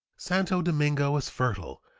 santo domingo is fertile,